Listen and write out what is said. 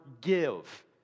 give